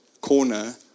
corner